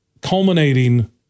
culminating